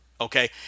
okay